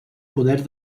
poder